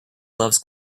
loves